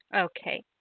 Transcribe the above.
Okay